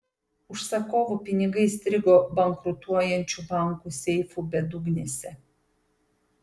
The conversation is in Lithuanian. užsakovų pinigai įstrigo bankrutuojančių bankų seifų bedugnėse